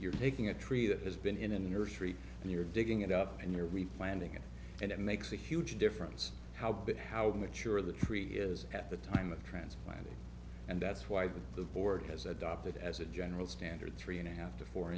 you're taking a tree that has been in a nursery and you're digging it up and you're replanting it and it makes a huge difference how big how much you're the tree is at the time of transplanting and that's why the board has adopted as a general standard three and a half to four